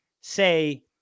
say –